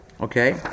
Okay